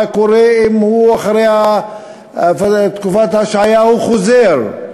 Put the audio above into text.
מה קורה אם הוא אחרי תקופת ההשעיה חוזר,